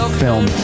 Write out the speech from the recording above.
film